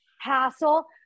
hassle